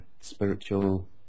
spiritual